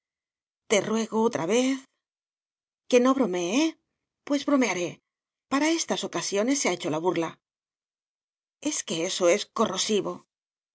te ruego otra vez que no bromee eh pues bromearé para estas ocasiones se ha hecho la burla es que eso es corrosivo